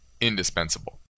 indispensable